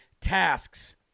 Tasks